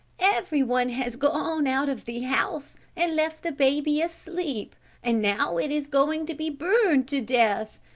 everyone has gone out of the house and left the baby asleep and now it is going to be burned to death.